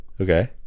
Okay